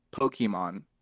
Pokemon